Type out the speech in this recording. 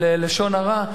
של לשון הרע.